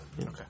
Okay